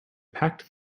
packed